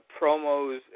promos